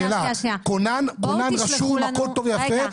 כונן רשום הכל טוב ויפה,